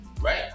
right